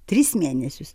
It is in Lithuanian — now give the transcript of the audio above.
tris mėnesius